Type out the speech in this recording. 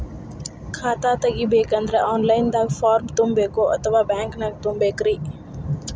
ಖಾತಾ ತೆಗಿಬೇಕಂದ್ರ online ದಾಗ ಫಾರಂ ತುಂಬೇಕೊ ಅಥವಾ ಬ್ಯಾಂಕನ್ಯಾಗ ತುಂಬ ಬೇಕ್ರಿ?